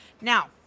Now